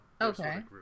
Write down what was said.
Okay